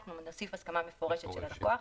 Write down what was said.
אנחנו נוסיף הסכמה מפורשת של הלקוח.